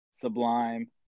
Sublime